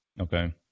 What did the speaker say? Okay